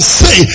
say